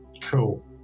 Cool